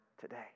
today